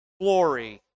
glory